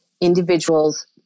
individuals